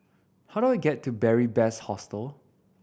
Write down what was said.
how do I get to Beary Best Hostel